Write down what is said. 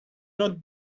not